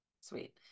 sweet